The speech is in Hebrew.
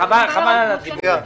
אז -- תקשיבו,